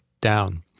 down